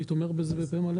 אני תומך בזה בפה מלא